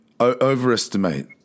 overestimate